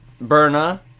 Berna